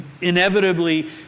inevitably